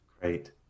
Great